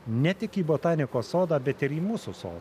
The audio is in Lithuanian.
ne tik į botanikos sodą bet ir į mūsų sodą